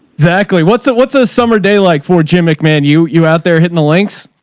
exactly. what's a, what's a summer day. like for jim mcmahon you, you out there hitting the links.